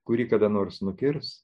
kurį kada nors nukirs